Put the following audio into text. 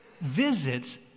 visits